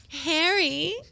Harry